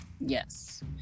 Yes